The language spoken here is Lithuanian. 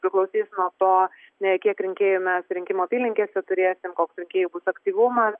priklausys nuo to na kiek rinkėjų mes rinkimų apylinkėse turėsim koks rinkėjų bus aktyvumas